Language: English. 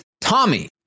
Tommy